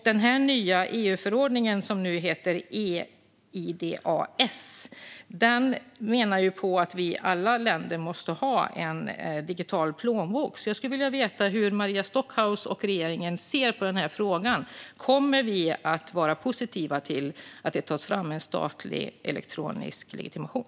Den nya EU-förordning som heter eIDAS menar på att vi i alla länder måste ha en digital plånbok. Jag skulle vilja veta hur Maria Stockhaus och regeringen ser på den här frågan. Kommer vi att vara positiva till att det tas fram en statlig elektronisk legitimation?